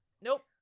Nope